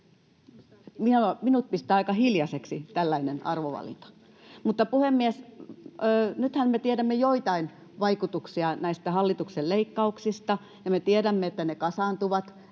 Minut pistää aika hiljaiseksi tällainen arvovalinta. Mutta, puhemies, nythän me tiedämme joitain vaikutuksia näistä hallituksen leikkauksista, ja me tiedämme, että ne kasaantuvat